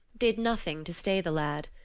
did nothing to stay the lad.